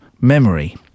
memory